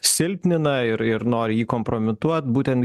silpnina ir ir nori jį kompromituot būtent